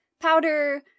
Powder